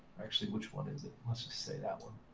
actually, which one is it? let's just say that one.